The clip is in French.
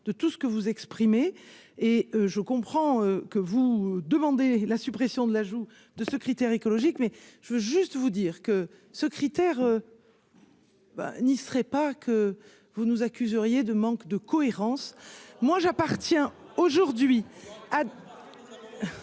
de tout ce que vous exprimez et je comprends que vous demandez la suppression de la joue de ce critère écologique mais je veux juste vous dire que ce critère. Ben n'y serait pas que vous nous accusez auriez de manque de cohérence, moi j'appartiens aujourd'hui ah.